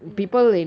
ya